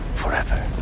forever